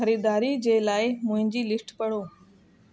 ख़रीदारी जे लाइ मुंहिंजी लिस्ट पढ़ो